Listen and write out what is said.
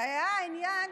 היה העניין